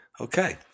Okay